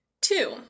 Two